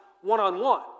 one-on-one